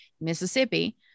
Mississippi